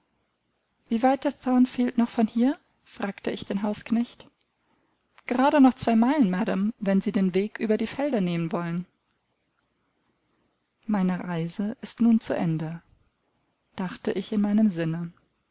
wie weit ist thornfield noch von hier fragte ich den hausknecht gerade noch zwei meilen madam wenn sie den weg über die felder nehmen wollen meine reise ist nun zu ende dachte ich in meinem sinne